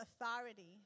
authority